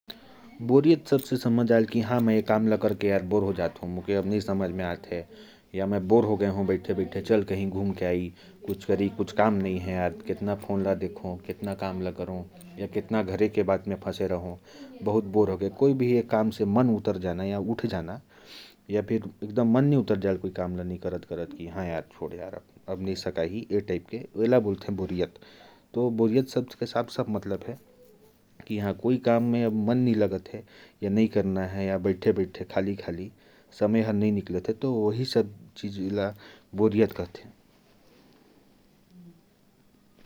"बोरियत" शब्द से समझ आया कि, कोई भी काम से मन उचट जाना या काम में मन नहीं लगना, समय नहीं कटना, टाइम पास नहीं होना, यह सब बोरियत कहलाता है।